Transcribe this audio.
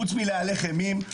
חוץ מלהלך אימים,